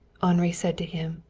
henri said to him,